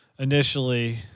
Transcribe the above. Initially